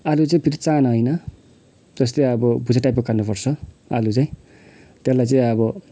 आलु चाहिँ फेरि चाना होइन जस्तै अब भेजी टाइपको खानपर्छ आलु चाहिँ त्यसलाई चाहिँ अब